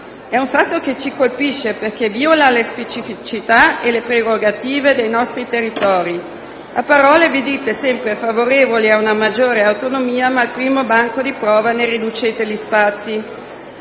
È un fatto che ci colpisce, perché viola le specificità e le prerogative dei nostri territori. A parole vi dite sempre favorevoli a una maggiore autonomia, ma al primo banco di prova ne riducete gli spazi.